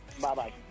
Bye-bye